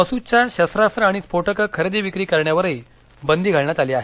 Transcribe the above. मसूदच्या शस्त्रास्त्रं आणि स्फोटकं खरेदीविक्री करण्यावरही बंदी घालण्यात आली आहे